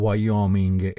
Wyoming